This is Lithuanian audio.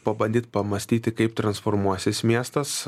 pabandyt pamąstyti kaip transformuosis miestas